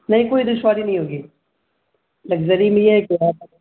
نہیں کوئی دشواری نہیں ہوگی لگژری میں یہ ہے کہ آپ